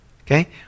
okay